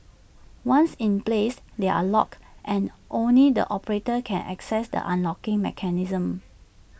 once in place they are locked and only the operator can access the unlocking mechanism